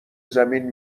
زمین